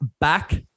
back